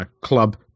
club